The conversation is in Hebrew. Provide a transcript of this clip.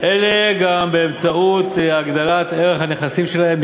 אלה באמצעות הגדלת ערך הנכסים שלהן.